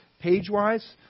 Page-wise